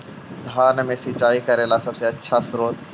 धान मे सिंचाई करे ला सबसे आछा स्त्रोत्र?